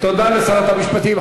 תודה לשרת המשפטים.